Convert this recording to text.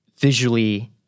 visually